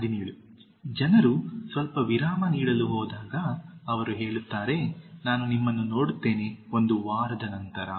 17 ಜನರು ಸ್ವಲ್ಪ ವಿರಾಮ ನೀಡಲು ಹೋದಾಗ ಅವರು ಹೇಳುತ್ತಾರೆ ನಾನು ನಿಮ್ಮನ್ನು ನೋಡುತ್ತೇನೆ ಒಂದು ವಾರದ ನಂತರ